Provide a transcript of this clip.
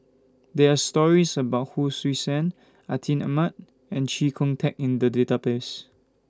There Are stories about Hon Sui Sen Atin Amat and Chee Kong Tet in The Database